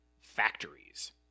factories